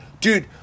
dude